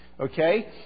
Okay